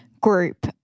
group